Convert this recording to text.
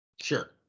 Sure